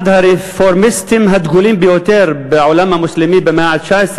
הרפורמיסטים הדגולים ביותר בעולם המוסלמי במאה ה-19,